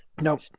Nope